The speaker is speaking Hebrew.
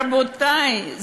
רבותי,